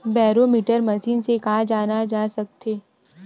Barometer machine से का जाना जा सकत हे?